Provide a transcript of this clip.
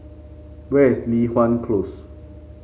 where is Li Hwan Close